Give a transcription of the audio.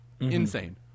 Insane